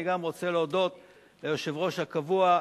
אני גם רוצה להודות ליושב-ראש הקבוע,